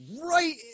right